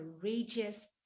courageous